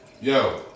yo